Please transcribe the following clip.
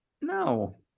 No